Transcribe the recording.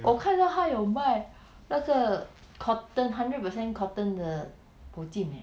我看到他有卖 那个 cotton hundred percent cotton 的 bo chim leh